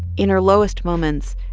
in her lowest moments,